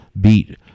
beat